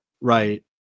Right